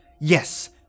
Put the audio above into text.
Yes